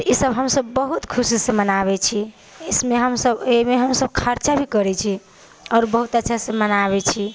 तऽ ईसभ हमसभ बहुत खुशीसँ मनाबैत छी इसमे हमसभ एहिमे हमसभ खर्चा भी करैत छी आओर बहुत अच्छासँ मनाबैत छी